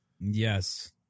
Yes